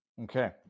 Okay